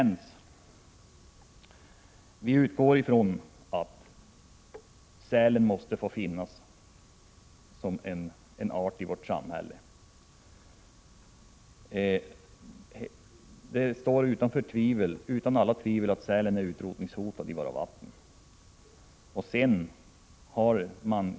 Till Jens Eriksson vill jag säga att utgångspunkten är att sälen måste få finnas som en art. Det står utom allt tvivel att sälen är utrotningshotad i svenska vatten.